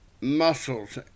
muscles